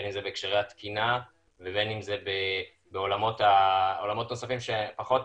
בין אם זה בהקשרי התקינה ובין אם זה בעולמות נוספים שפחות